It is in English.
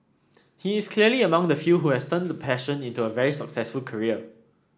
he is clearly among the few who has turned a passion into a very successful career